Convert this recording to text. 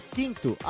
Quinto